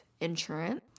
insurance